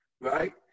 right